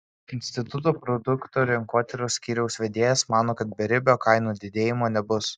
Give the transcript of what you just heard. instituto produktų rinkotyros skyriaus vedėjas mano kad beribio kainų didėjimo nebus